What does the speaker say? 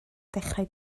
dechrau